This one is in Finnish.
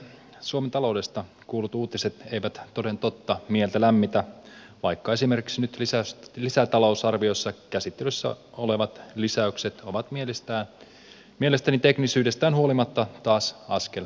suomen taloudesta kuullut uutiset eivät toden totta mieltä lämmitä vaikka esimerkiksi nyt lisätalousarviossa käsittelyssä olevat lisäykset ovat mielestäni teknisyydestään huolimatta taas askel parempaan suuntaan